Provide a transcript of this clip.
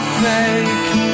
fake